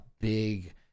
big